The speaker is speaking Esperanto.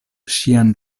ŝian